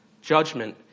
Judgment